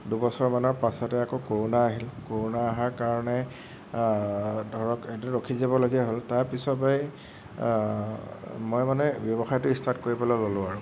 দুবছৰমানৰ পাছতে আকৌ কৰোনা আহিল কৰোনা অহাৰ কাৰণে ধৰক সেইটো ৰখি যাবলগীয়া হ'ল তাৰ পিছৰ পৰা মই মানে ব্য়ৱসায়টো ষ্টাৰ্ট কৰিবলৈ ললোঁ আৰু